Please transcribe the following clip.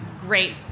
great